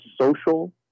social